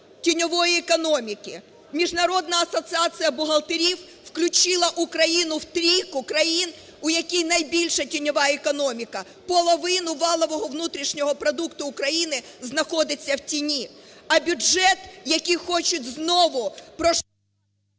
тіньової економіки. Міжнародна асоціація бухгалтерів включила Україну в трійку країн, у якій найбільша тіньова економіка. Половина валового внутрішнього продукту України знаходиться в тіні, а бюджет, який хочуть знову…